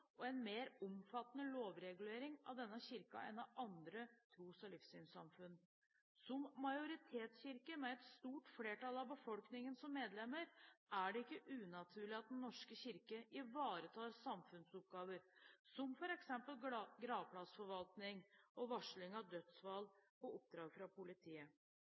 og en mer omfattende lovregulering av denne kirken enn av andre tros- og livssynssamfunn. Som majoritetskirke med et stort flertall av befolkningen som medlemmer er det ikke unaturlig at Den norske kirke ivaretar samfunnsoppgaver som f.eks. gravplassforvaltning og varsling av dødsfall på oppdrag fra politiet.